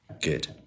good